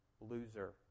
Loser